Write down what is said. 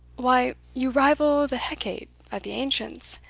why, you rival the hecate' of the ancients,